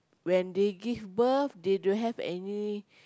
when they give birth they don't have any